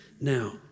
Now